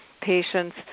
patients